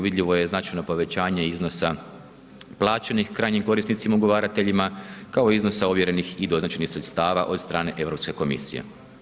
Vidljivo je značajno povećanje iznosa plaćenih krajnjih korisnicima ugovarateljima, kao i iznosa ovjerenih i doznačenih sredstava od strane EU komisije.